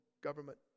government